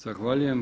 Zahvaljujem.